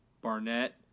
Barnett